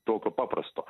tokio paprasto